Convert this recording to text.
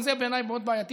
גם זה בעיניי מאוד בעייתי,